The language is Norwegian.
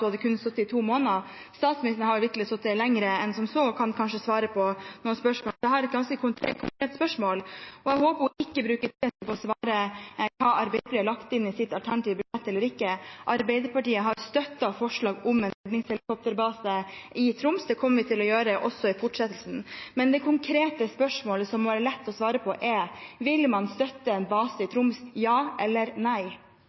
hadde sittet i kun to måneder. Statsministeren har vitterlig sittet lenger enn som så og kan kanskje svare på noen spørsmål. Så jeg har et ganske konkret spørsmål – og jeg håper hun ikke bruker tiden sin på å svare hva Arbeiderpartiet har lagt inn i sitt alternative budsjett eller ikke. Arbeiderpartiet har støttet forslag om en redningshelikopterbase i Troms. Det kommer vi til å gjøre også i fortsettelsen. Det konkrete spørsmålet, som må være lett å svare på, er: Vil man støtte en base i Troms, ja eller nei?